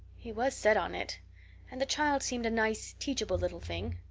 he was set on it and the child seemed a nice, teachable little thing.